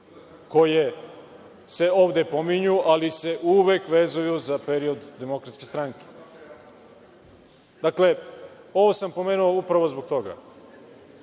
koje se ovde pominju, ali se uvek vezuju za period DS.Dakle, ovo sam pomenuo upravo zbog toga,